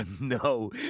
No